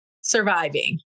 surviving